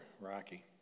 Rocky